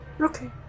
Okay